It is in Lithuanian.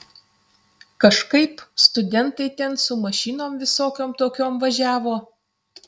kažkaip studentai ten su su mašinom visokiom tokiom važiavo